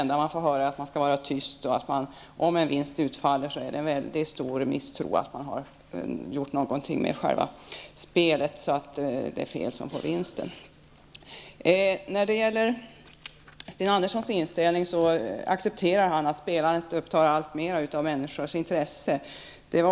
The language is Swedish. Det enda man får höra är att man skall vara tyst. Och om en vinst utfaller är misstron väldigt stor. Misstanken finns att man har påverkat spelet, så att det blir fel person som får vinsten. Av Sten Anderssons inställning att döma accepterar han att spelandet spelar en allt större roll vad gäller människors intressen.